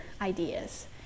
ideas